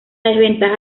desventaja